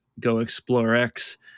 GoExploreX